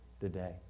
today